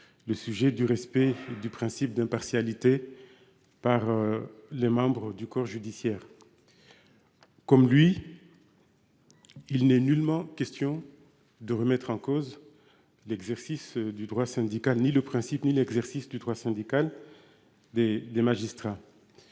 Le sujet du respect du principe d'impartialité. Par. Les membres du corps judiciaire. Comme lui. Il n'est nullement question de remettre en cause. L'exercice du droit syndical ni le principe ni l'exercice du droit syndical. Des des magistrats.